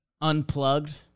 unplugged